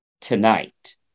tonight